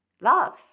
love